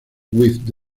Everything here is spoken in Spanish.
with